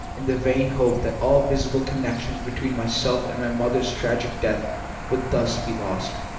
in the vain hope that all visible connection between myself and my mother's tragic death would thus be lost.